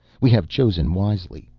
we have chosen wisely.